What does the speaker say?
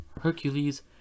Hercules